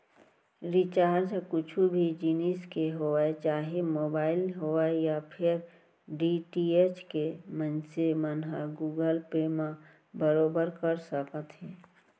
recharge कुछु भी जिनिस के होवय चाहे मोबाइल होवय या फेर डी.टी.एच के मनसे मन ह गुगल पे म बरोबर कर सकत हे